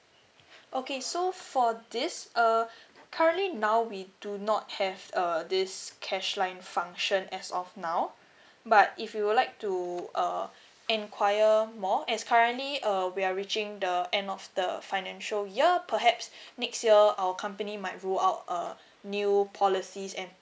okay so for this uh currently now we do not have err this cash line function as of now but if you would like to uh enquire more as currently uh we are reaching the end of the financial year perhaps next year our company might rule out err new policies and